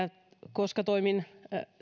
koska toimin